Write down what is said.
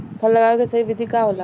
फल लगावे के सही विधि का होखेला?